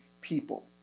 people